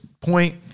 point